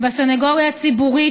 והסנגוריה הציבורית,